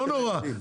לא נורא,